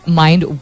mind